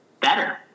better